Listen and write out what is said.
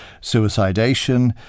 suicidation